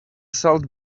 salt